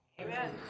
Amen